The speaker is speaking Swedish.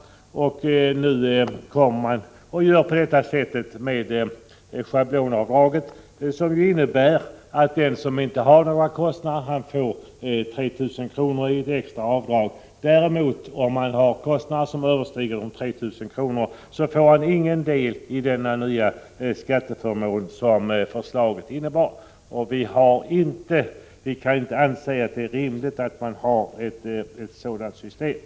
Nu ändrar man schablonavdraget, vilket innebär att den som inte har några kostnader får 3 000 kr. i ett extra avdrag. Men om man har kostnader som överstiger 3 000 kr. så får man ingen del i den nya skatteförmån som förslaget innebär. Vi kan inte anse att det är rimligt att man tillämpar ett sådant system.